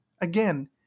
Again